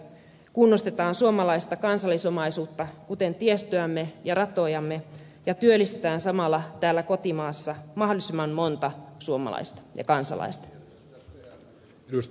kunnostetaan suomalaista kansallisomaisuutta kuten tiestöämme ja ratojamme ja työllistetään samalla täällä kotimaassa mahdollisimman monta suomalaista kansalaista